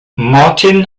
martin